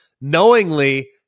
knowingly